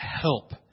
help